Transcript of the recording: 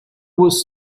was